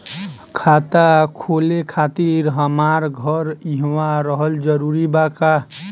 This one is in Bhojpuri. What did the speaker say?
खाता खोले खातिर हमार घर इहवा रहल जरूरी बा का?